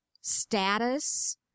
status